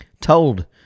told